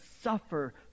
suffer